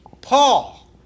Paul